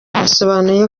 yasobanuye